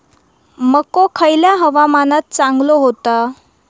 मको खयल्या हवामानात चांगलो होता?